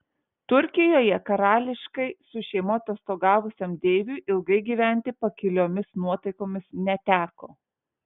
turkijoje karališkai su šeima atostogavusiam deiviui ilgai gyventi pakiliomis nuotaikomis neteko